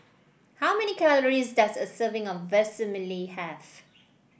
how many calories does a serving of Vermicelli have